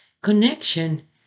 Connection